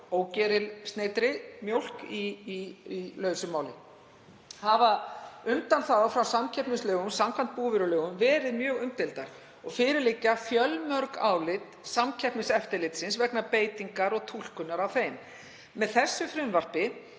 hrámjólk/ógerilsneyddri mjólk í lausu máli. Hafa undanþágur frá samkeppnislögum samkvæmt búvörulögum verið mjög umdeildar og fyrir liggja fjölmörg álit Samkeppniseftirlitsins vegna beitingar og túlkunar á þeim. Með þessu frumvarpi